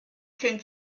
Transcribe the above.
can